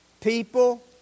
People